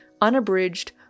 unabridged